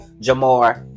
Jamar